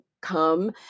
come